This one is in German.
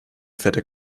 fährt